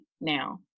now